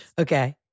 Okay